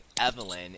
Evelyn